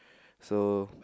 so